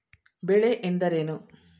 ಬೆಳೆ ಎಂದರೇನು?